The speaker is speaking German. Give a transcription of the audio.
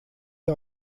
ihr